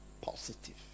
positive